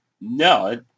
No